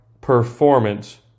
performance